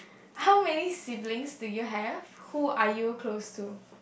how many siblings do you have who are you close to